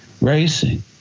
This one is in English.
racing